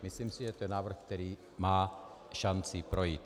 Myslím si, že to je návrh, který má šanci projít.